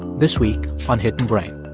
this week on hidden brain